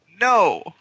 No